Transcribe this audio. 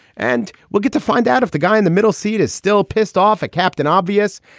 and we'll get to find out if the guy in the middle seat is still pissed off at captain obvious.